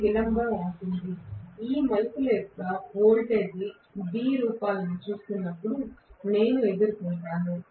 ఇది విలంబం అవుతుంది ఈ మలుపుల యొక్క వోల్టేజ్ B రూపాలను చూస్తున్నప్పుడు నేను ఎదుర్కొంటాను